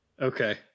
Okay